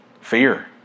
Fear